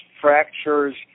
fractures